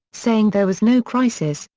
saying there was no crisis,